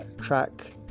track